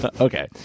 okay